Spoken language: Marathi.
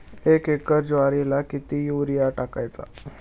एक एकर ज्वारीला किती युरिया टाकायचा?